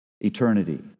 Eternity